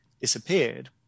disappeared